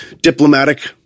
diplomatic